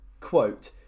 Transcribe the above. Quote